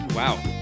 Wow